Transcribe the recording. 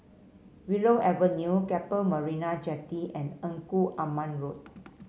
Willow Avenue Keppel Marina Jetty and Engku Aman Road